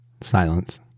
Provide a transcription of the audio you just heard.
Silence